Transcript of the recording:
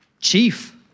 chief